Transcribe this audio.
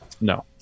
No